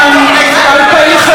על כל גוף תקשורת,